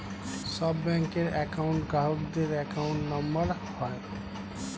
সব ব্যাঙ্কের একউন্ট গ্রাহকদের অ্যাকাউন্ট নম্বর হয়